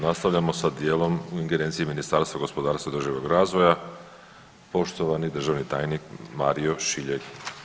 Nastavljamo sa dijelom u ingerenciji Ministarstva gospodarstva i održivoga razvoja, poštovani državni tajnik Mario Šiljeg.